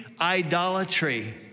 idolatry